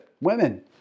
Women